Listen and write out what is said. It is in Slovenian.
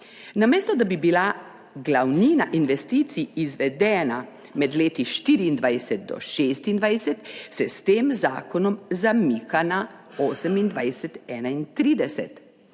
namesto da bi bila glavnina investicij izvedena med leti 2024-2026, se s tem zakonom zamika na 2028-2031.